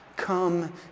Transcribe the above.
Come